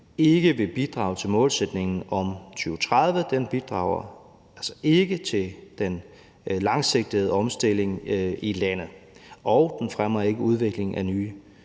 ikke vil bidrage til 2030-målsætningen. Den bidrager altså ikke til den langsigtede omstilling i landet, og den fremmer ikke udviklingen af nye